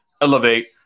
elevate